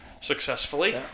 successfully